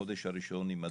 בחודש הראשון עם הדבר,